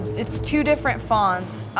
it's two different fonts.